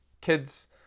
Kids